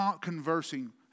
conversing